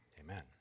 Amen